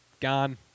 gone